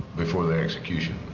before the execution.